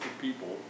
people